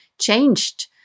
changed